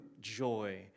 joy